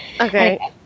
Okay